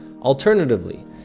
Alternatively